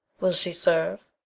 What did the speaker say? will she serve?